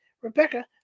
Rebecca